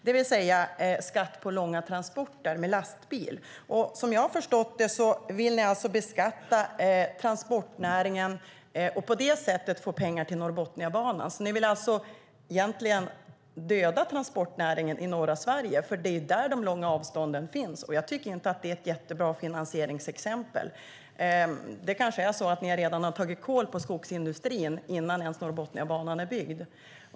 Det är alltså en skatt på långa transporter med lastbil. Som jag har förstått det vill ni alltså beskatta transportnäringen och på det sättet få pengar till Norrbotniabanan. Ni vill alltså egentligen döda transportnäringen i norra Sverige, för det är där de långa avstånden finns. Jag tycker inte att det är ett jättebra finansieringsexempel. Ni kanske redan har tagit kål på skogsindustrin innan Norrbotniabanan ens är byggd.